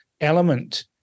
element